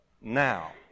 now